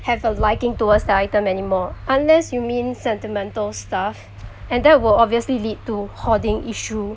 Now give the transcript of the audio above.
have a liking towards the item any more unless you mean sentimental stuff and that will obviously lead to hoarding issue